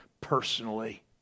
personally